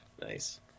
Nice